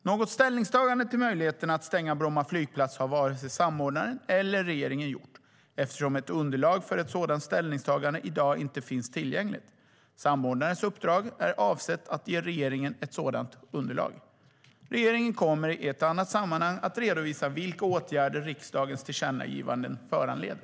Något ställningstagande till möjligheterna att stänga Bromma flygplats har varken samordnaren eller regeringen gjort, eftersom ett underlag för ett sådant ställningstagande i dag inte finns tillgängligt. Samordnarens uppdrag är avsett att ge regeringen ett sådant underlag. Regeringen kommer i annat sammanhang att redovisa vilka åtgärder riksdagens tillkännagivanden föranleder.